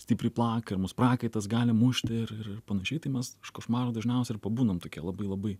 stipriai plaka ir mus prakaitas gali mušti ir ir ir panašiai tai mes iš košmaro dažniausiai ir pabundam tokie labai labai